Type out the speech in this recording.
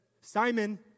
Simon